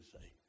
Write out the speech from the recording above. say